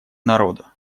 народа